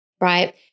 right